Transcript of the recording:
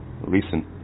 recent